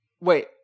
wait